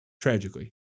tragically